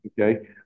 Okay